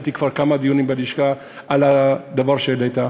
קיימתי כבר כמה דיונים בלשכה על הדבר שהעלית,